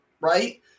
right